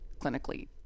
clinically